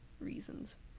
reasons